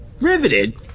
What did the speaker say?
Riveted